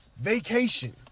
Vacation